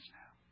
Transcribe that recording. now